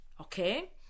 okay